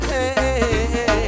Hey